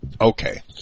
Okay